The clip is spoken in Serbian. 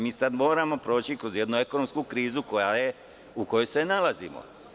Mi sada moramo proći kroz jednu ekonomsku krizu u kojoj se nalazimo.